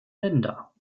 länder